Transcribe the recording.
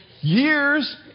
years